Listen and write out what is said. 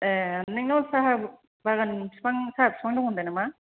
ए नोंनाव साहा बागान बिफां साहा बिफां दं होन्दों नामा